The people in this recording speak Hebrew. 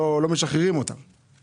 לכן מדובר בלוח זמנים רגיל לחלוטין כמו בכל